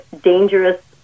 dangerous